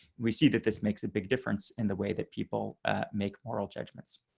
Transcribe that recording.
we see that this makes a big difference in the way that people make moral judgments.